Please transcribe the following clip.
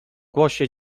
głosie